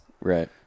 Right